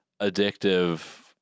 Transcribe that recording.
addictive